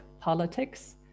politics